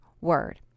word